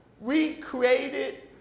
recreated